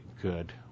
Good